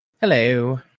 Hello